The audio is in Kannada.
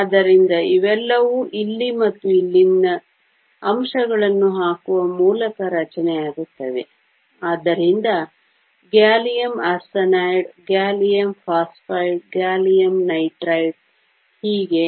ಆದ್ದರಿಂದ ಇವೆಲ್ಲವೂ ಇಲ್ಲಿ ಮತ್ತು ಇಲ್ಲಿಂದ ಅಂಶಗಳನ್ನು ಹಾಕುವ ಮೂಲಕ ರಚನೆಯಾಗುತ್ತವೆ ಆದ್ದರಿಂದ gallium arsenide gallium phosphide gallium nitride ಹೀಗೆ